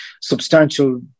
substantial